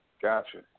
Gotcha